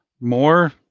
more